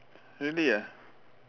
really ah